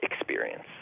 experience